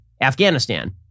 Afghanistan